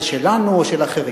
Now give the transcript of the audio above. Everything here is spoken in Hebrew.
זה שלנו או של אחרים.